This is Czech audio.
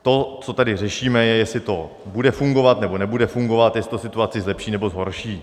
To, co tady řešíme, je to, jestli to bude fungovat, nebo nebude fungovat, jestli to situaci zlepší, nebo zhorší.